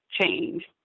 change